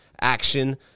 action